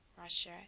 Russia